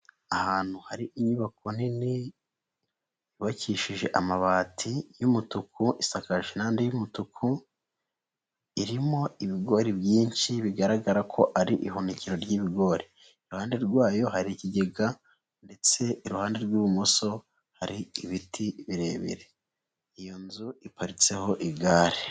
Ahantu hari inyubako nini yubakishije amabati y'umutuku, isakaje n'andi y'umutuku, irimo ibigori byinshi, bigaragara ko ari ihunikeiro ry'ibigori. Iruhande rwayo hari ikigega ndetse iruhande rw'ibumoso hari ibiti birebire. Iyo nzu iparitseho igare.